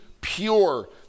pure